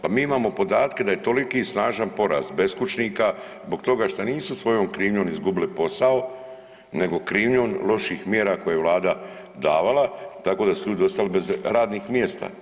Pa mi imamo podatke da je toliki snažan porast beskućnika zbog toga što nisu svojom krivnjom izgubili posao, nego krivnjom loših mjera koje je Vlada davala tako da su ljudi ostali bez radnih mjesta.